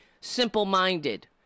simple-minded